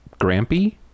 grampy